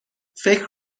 فکر